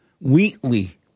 weekly